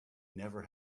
never